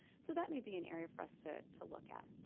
so that might be an area for us to to look at.